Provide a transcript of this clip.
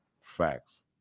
Facts